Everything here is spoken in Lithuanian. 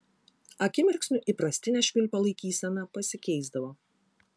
akimirksniu įprastinė švilpio laikysena pasikeisdavo